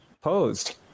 posed